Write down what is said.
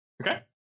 Okay